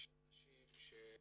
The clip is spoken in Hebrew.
יש אנשים שהם